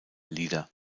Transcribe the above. lieder